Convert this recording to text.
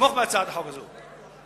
לתמוך בהצעת החוק הזו.